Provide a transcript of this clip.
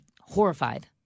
horrified